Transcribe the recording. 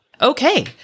Okay